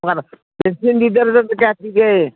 ꯀꯌꯥ ꯄꯤꯒꯦ